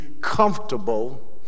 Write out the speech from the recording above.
comfortable